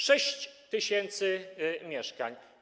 6 tys. mieszkań!